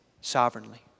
sovereignly